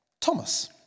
Thomas